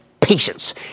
Patience